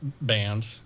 band